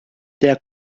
der